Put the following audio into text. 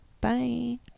bye